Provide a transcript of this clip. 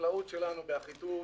החקלאות שלנו באחיטוב,